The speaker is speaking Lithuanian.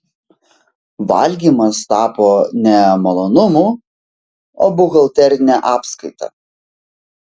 valgymas tapo ne malonumu o buhalterine apskaita